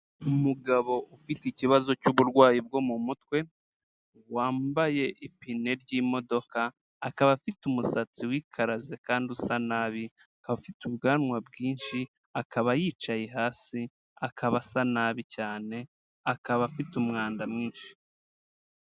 Umugabo ufite ikibazo cy'uburwayi bwo mu mutwe, wambaye ipine ryimodoka, akaba afite umusatsi wikaraze kandi usa nabi, akaba afite ubwanwa bwinshi, akaba yicaye hasi, akaba asa nabi cyane, akaba afite umwanda mwinshi.